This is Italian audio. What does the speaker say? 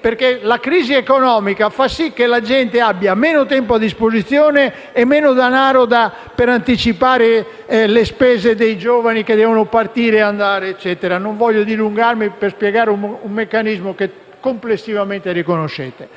perché la crisi economica fa sì che la gente abbia meno tempo a disposizione e meno denaro per anticipare le spese dei giovani che devono partire. Non voglio dilungarmi per spiegare un meccanismo che conoscete.